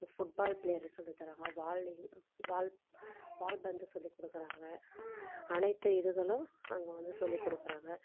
football player சொல்லித் தராங்க volley ball வால்பந்து சொல்லிக் கொடுக்கறாங்க அனைத்து இதுகளும் அங்க வந்து சொல்லிக் கொடுக்கறாங்க